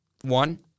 One